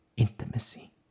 Intimacy